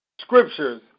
scriptures